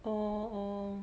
oh